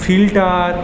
filter